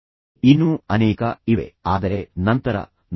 ಮತ್ತು ಅದೇ ಸಮಯದಲ್ಲಿ ನೀವು ಯಾವಾಗಲೂ ಸಾಧ್ಯವಿರುವ ಮೂರನೇ ಆಯ್ಕೆಗೆ ಆಕಸ್ಮಿಕತೆಯನ್ನು ನೀಡಬೇಕು